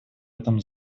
этом